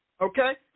Okay